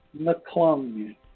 McClung